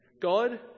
God